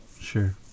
Sure